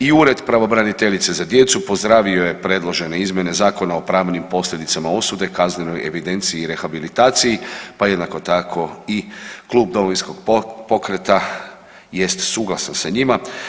I Ured pravobraniteljice za djecu pozdravio je predložene izmjene Zakona o pravnim posljedicama osude, kaznenoj evidenciji i rehabilitaciji, pa jednako tako i klub Domovinskog pokreta je suglasan sa njima.